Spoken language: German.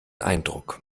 eindruck